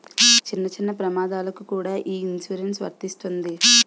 చిన్న చిన్న ప్రమాదాలకు కూడా ఈ ఇన్సురెన్సు వర్తిస్తుంది